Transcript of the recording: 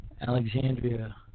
Alexandria